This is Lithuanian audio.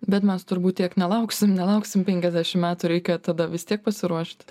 bet mes turbūt tiek nelauksim nelauksim penkiasdešim metų reikia tada vis tiek pasiruošt